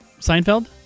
Seinfeld